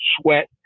sweat